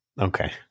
Okay